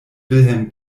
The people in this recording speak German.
wilhelm